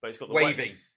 waving